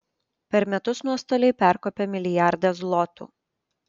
per metus nuostoliai perkopia milijardą zlotų